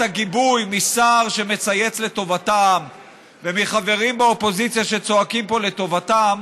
הגיבוי משר שמצייץ לטובתם ומחברים באופוזיציה שצועקים פה לטובתם,